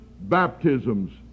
baptisms